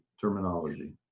terminology